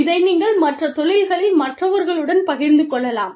இதை நீங்கள் மற்ற தொழில்களில் மற்றவர்களுடன் பகிர்ந்து கொள்ளலாம்